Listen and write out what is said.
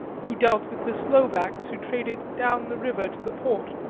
who dealt with the slovaks who traded down the river to the port.